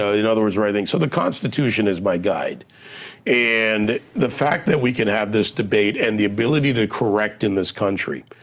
ah in other words, right thing, so the constitution is my guide and the fact that we can have this debate and the ability to correct in this country,